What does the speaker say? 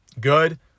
good